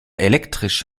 elektrisch